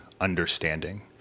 understanding